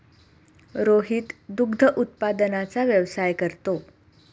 रोहित दुग्ध उत्पादनाचा व्यवसाय करतो